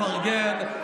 לפרגן,